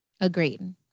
agreed